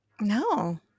No